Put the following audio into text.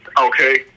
Okay